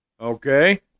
Okay